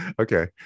Okay